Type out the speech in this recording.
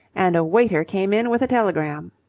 and a waiter came in with a telegram.